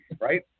right